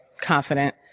confident